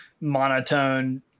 monotone